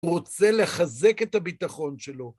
הוא רוצה לחזק את הביטחון שלו.